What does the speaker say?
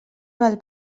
val